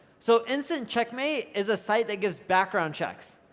so, instant checkmate is a site that gives background checks.